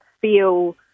feel